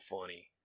funny